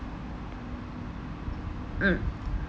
mm